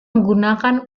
menggunakan